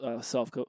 self